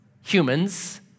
humans